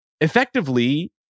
effectively